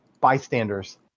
bystanders